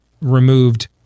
removed